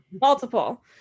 multiple